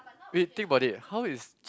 wait think about it how is